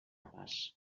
pas